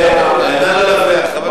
אדוני השר,